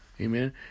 Amen